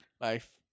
Life